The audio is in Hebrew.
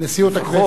נשיאות הכנסת,